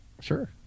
Sure